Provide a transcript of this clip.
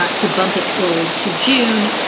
ah to bump it forward to june.